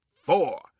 four